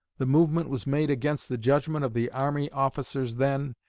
the movement was made against the judgment of the army officers then,